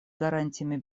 гарантиями